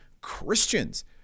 Christians